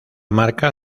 marca